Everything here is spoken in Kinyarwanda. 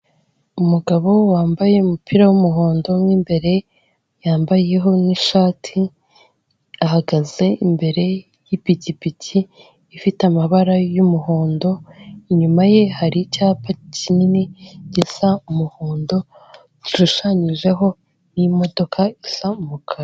Umugabo wambaye umupira w'umuhondo mo imbere, yambayeho n'ishati, ahagaze imbere y'ipikipiki ifite amabara y'umuhondo, inyuma ye hari icyapa kinini gisa umuhondo, gishushanyijeho n'imodoka isa umukara.